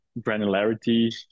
granularity